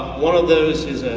one of those is,